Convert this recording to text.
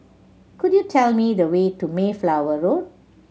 could you tell me the way to Mayflower Road